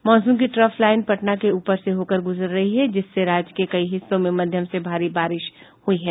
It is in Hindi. मॉनसून की ट्रफ लाईन पटना के ऊपर से होकर गुजर रही है जिससे राज्य के कई हिस्सों में मध्यम से भारी बारिश हुई है